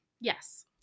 yes